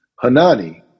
Hanani